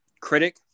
critic